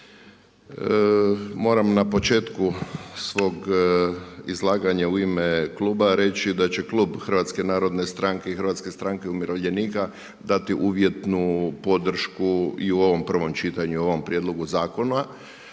Moram na početku svog izlaganja u ime kluba reći da će klub HNS-a i HSU-a dati uvjetnu podršku i u ovom prvom čitanju i u ovom prijedlogu zakona.